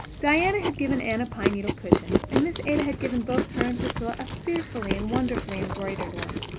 diana had given anne a pine needle cushion and miss ada had given both her and priscilla a fearfully and wonderfully embroidered one.